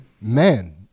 Man